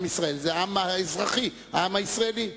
עם ישראל זה העם האזרחי, העם הישראלי.